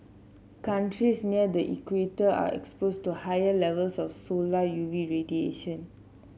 countries near the equator are exposed to higher levels of solar U V radiation